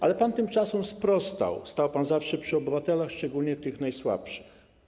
Ale pan tym czasom sprostał, stał pan zawsze przy obywatelach, szczególnie tych najsłabszych.